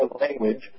language